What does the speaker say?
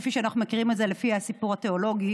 כפי שאנחנו מכירים את זה לפי הסיפור התיאולוגי,